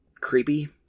Creepy